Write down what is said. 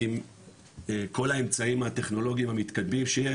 עם כל האמצעים הטכנולוגיים המתקדמים שיש,